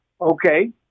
okay